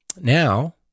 Now